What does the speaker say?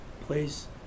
Please